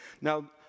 Now